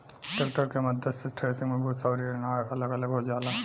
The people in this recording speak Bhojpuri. ट्रेक्टर के मद्दत से थ्रेसिंग मे भूसा अउरी अनाज अलग अलग हो जाला